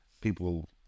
people